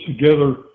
together